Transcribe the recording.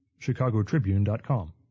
chicagotribune.com